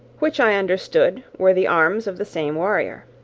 which i understood were the arms of the same warrior.